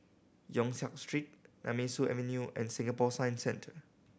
Yong Siak Street Nemesu Avenue and Singapore Science Centre